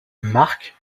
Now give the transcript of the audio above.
marc